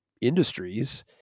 industries